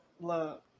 Look